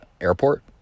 airport